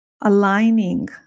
aligning